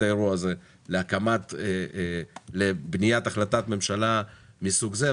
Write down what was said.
האירוע הזה לבניית החלטת ממשלה מסוג זה,